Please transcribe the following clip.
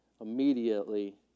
immediately